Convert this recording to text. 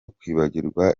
kwibagirwa